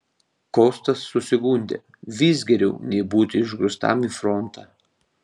kostas susigundė vis geriau nei būti išgrūstam į frontą